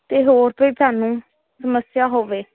ਤੇ ਹੋਰ ਕੋਈ ਤੁਹਾਨੂੰ ਸਮੱਸਿਆ ਹੋਵੇ